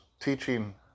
Teaching